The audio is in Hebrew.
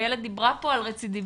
איילת דיברה פה על רצידיוויזם.